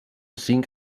cinc